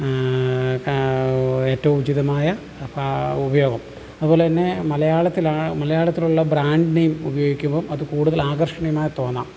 ഏറ്റവും ഉചിതമായ ഉപയോഗം അതുപോലെതന്നെ മലയാളത്തിൽ ആ മലയാളത്തിലുള്ള ബ്രാൻഡ് നെയിം ഉപയോഗിക്കുമ്പോൾ അത് കൂടുതൽ ആകർഷണീയമായി തോന്നാം